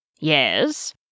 Yes